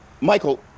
Michael